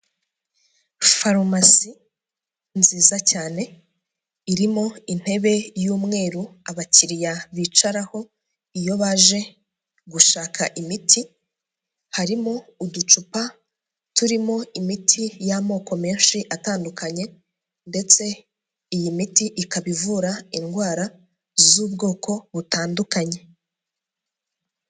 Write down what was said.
Farumasi nziza cyane irimo intebe y'umweru abakiriya bicaraho iyo baje gushaka imiti, harimo uducupa turimo imiti y'amoko menshi atandukanye ndetse iyi miti ikaba ivura indwara z'ubwoko butandukanye.